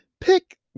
pick